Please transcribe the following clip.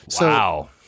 Wow